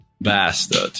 Bastard